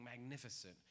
magnificent